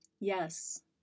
Yes